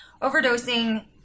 overdosing